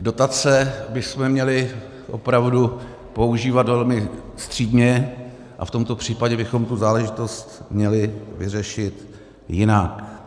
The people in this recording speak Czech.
dotace bychom měli opravdu používat velmi střídmě a v tomto případě bychom tu záležitost měli vyřešit jinak.